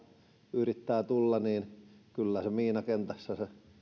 yrittää tulla niin kyllä miinakentässä se etenemisinto